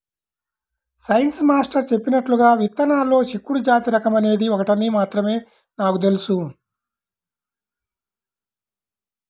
science master చెప్పినట్లుగా విత్తనాల్లో చిక్కుడు జాతి రకం అనేది ఒకటని మాత్రం నాకు తెలుసు